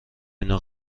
اینو